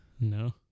No